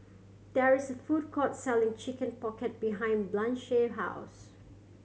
there is a food court selling Chicken Pocket behind Blanchie house